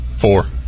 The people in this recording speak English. Four